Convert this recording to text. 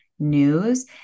news